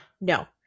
no